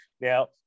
Now